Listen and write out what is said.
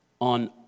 on